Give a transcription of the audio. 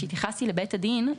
כשהתייחסתי לבית הדין,